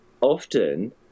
often